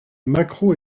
macro